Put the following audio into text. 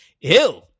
ew